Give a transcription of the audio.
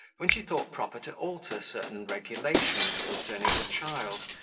when she thought proper to alter certain regulations concerning the child,